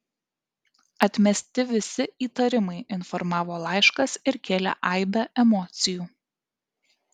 atmesti visi įtarimai informavo laiškas ir kėlė aibę emocijų